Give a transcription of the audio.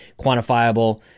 quantifiable